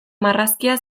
marrazkia